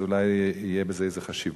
אז אולי תהיה בזה איזו חשיבות.